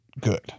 good